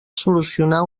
solucionar